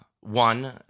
one